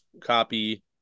copy